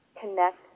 connect